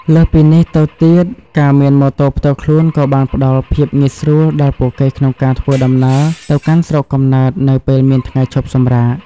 លើសពីនេះទៅទៀត ការមានម៉ូតូផ្ទាល់ខ្លួនក៏បានផ្តល់ភាពងាយស្រួលដល់ពួកគេក្នុងការធ្វើដំណើរទៅកាន់ស្រុកកំណើតនៅពេលមានថ្ងៃឈប់សម្រាក។